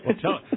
Tell